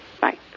Bye